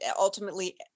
ultimately